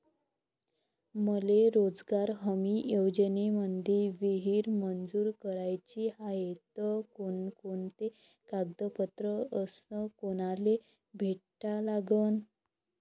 मले रोजगार हमी योजनेमंदी विहीर मंजूर कराची हाये त कोनकोनते कागदपत्र अस कोनाले भेटा लागन?